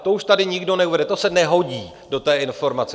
To už tady nikdo neuvede, to se nehodí do té informace.